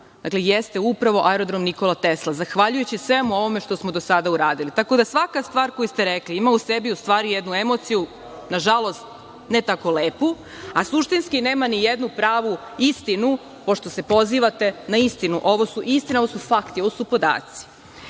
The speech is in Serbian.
rasta jeste upravo Aerodrom „Nikola Tesla“, zahvaljujući sve ovo što smo mi do sada radili. Tako da svaka stvar koju ste rekli ima u stvari jednu emociju nažalost ne tako lepu, a suštinski nema nijednu pravu istinu, pošto se pozivate na istinu, ovo su istine, ovo su fakti, ovo su podaci. Dalje,